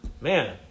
man